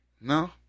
No